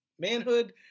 manhood